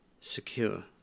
secure